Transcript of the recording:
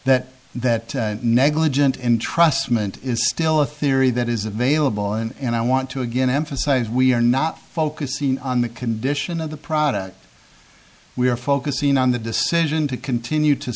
that that negligent entrustment is still a theory that is available and i want to again emphasize we are not focusing on the condition of the product we are focusing on the decision to continue to